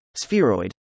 Spheroid